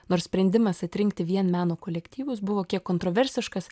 nors sprendimas atrinkti vien meno kolektyvus buvo kiek kontroversiškas